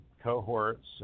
cohorts